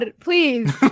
please